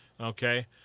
Okay